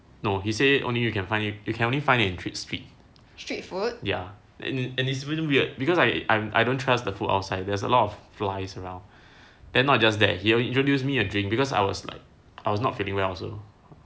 no he said only you can find it you can only find it in street street ya it's really weird because I I I don't trust the food outside there's a lot of flies around then not just that he introduce me a drink because I was like I was not feeling well so